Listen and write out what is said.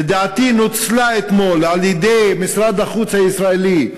לדעתי נוצלה אתמול על-ידי משרד החוץ הישראלי,